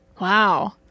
Wow